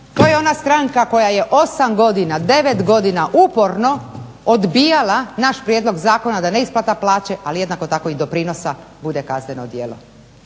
to je ona stranka koja je 8, 9 godina uporno odbijala naš prijedlog zakona da neisplata plaće ali jednako tako i doprinosa bude kazneno djelo.